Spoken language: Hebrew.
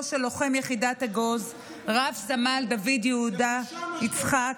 של לוחם יחידת אגוז רב-סמל דוד יהודה יצחק,